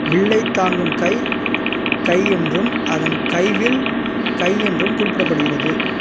வில்லை தாங்கும் கை கை என்றும் அதன் கை வில் கை என்றும் குறிப்பிடப்படுகிறது